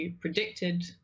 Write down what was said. predicted